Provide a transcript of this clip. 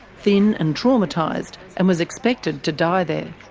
thin and traumatised, and was expected to die there.